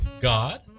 God